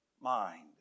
mind